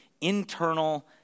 internal